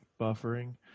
buffering